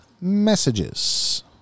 messages